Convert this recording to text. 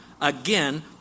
Again